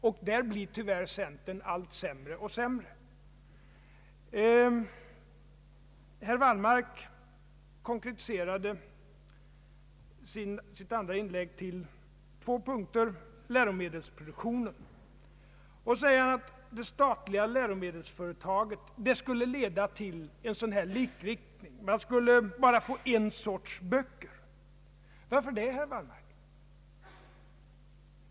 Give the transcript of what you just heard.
I det avseendet blir tyvärr centern allt sämre och sämre. Herr Wallmark konkretiserade sitt andra inlägg till läromedelsproduktionen. Han gjorde gällande att ett statligt läromedelsförlag skulle leda till likriktning; vi skulle bara få en sorts böcker. Varför det, herr Wallmark?